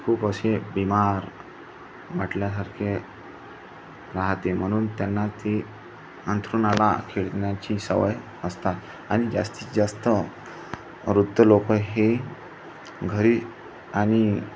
खूप असे बिमार म्हटल्यासारखे राहाते म्हणून त्यांना ती अंथरुणाला खिळण्याची सवय असतात आणि जास्तीत जास्त वृद्ध लोकं हे घरी आणि